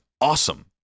awesome